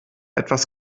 etwas